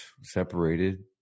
separated